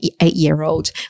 eight-year-old